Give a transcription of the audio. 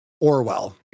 Orwell